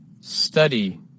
Study